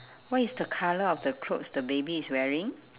what is the colour of the clothes the baby is wearing